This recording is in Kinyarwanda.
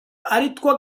aritwo